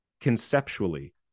conceptually